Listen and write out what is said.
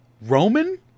roman